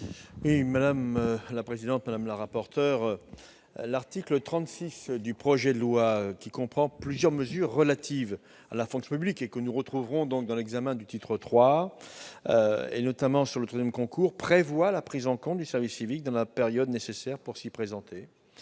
Quel est l'avis du Gouvernement ? L'article 36 du projet de loi, qui comprend plusieurs mesures relatives à la fonction publique et que nous retrouverons lors de l'examen du titre III, et notamment sur le troisième concours, prévoit la prise en compte du service civique dans la période nécessaire pour s'y présenter.